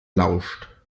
lauscht